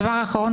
הדבר האחרון,